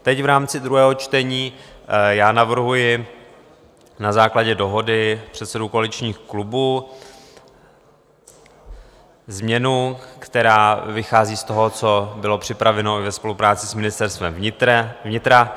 Teď v rámci druhého čtení navrhuji na základě dohody předsedů koaličních klubů změnu, která vychází z toho, co bylo připraveno i ve spolupráci s Ministerstvem vnitra.